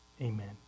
amen